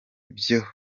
byo